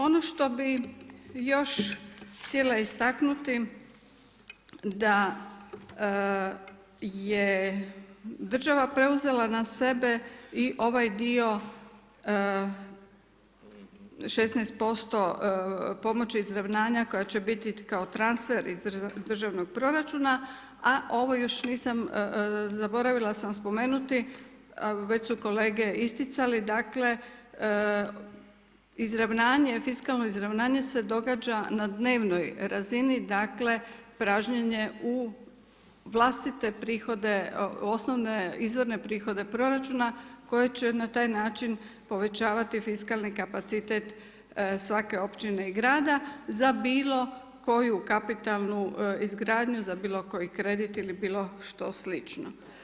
Ono što bi još htjela istaknuti da je država preuzela na sebe i ovaj dio 16% pomoći izravnanja koja će biti kao transfer iz državnog proračuna, a ovo sam još zaboravila spomenuti, već su kolege isticali dakle izravnanje, fiskalno izravnanje se događa na dnevnoj razini, dakle pražnjenje u vlastite prihode osnovne, izvorne prihode proračuna koje će na taj način povećavati fiskalni kapacitet svake općine i grada za bilo koju kapitalnu izgradnju, za bilo koji kredit ili bilo što slično.